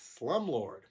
slumlord